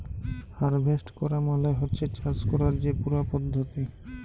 harvest ক্যরা মালে হছে চাষ ক্যরার যে পুরা পদ্ধতি